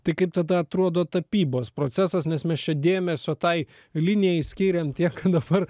tai kaip tada atrodo tapybos procesas nes mes čia dėmesio tai linijai skyrėm tiek dabar